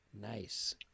Nice